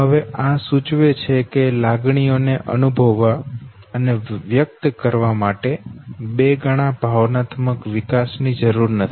હવે આ સૂચવે છે કે લાગણીઓ ને અનુભવવા અને વ્યક્ત કરવા માટે બે ગણા ભાવનાત્મક વિકાસ ની જરૂર નથી